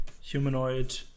humanoid